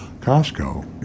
Costco